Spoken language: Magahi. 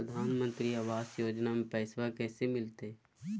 प्रधानमंत्री आवास योजना में पैसबा कैसे मिलते?